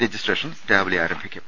രജിസ്ട്രേ ഷൻ രാവിലെ ആരംഭിക്കും